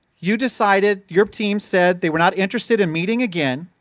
you decided your team said they were not interested in meeting again,